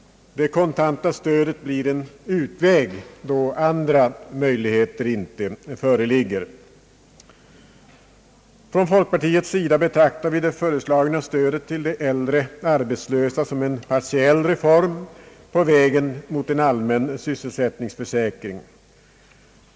Det kontanta stödet blir en utväg då andra möjligheter inte föreligger. Inom folkpartiet betraktar vi det föreslagna stödet till de äldre arbetslösa som en partiell reform på vägen mot en allmän arbetslöshetsförsäkring.